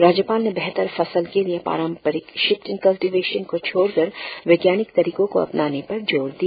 राज्यपाल ने बेहतर फसल के लिए पारंपरिक शिफ्टिंग कल्टिवेशन को छोड़कर वैज्ञानिक तरीको को अपनाने पर जोर दिया